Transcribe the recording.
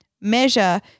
measure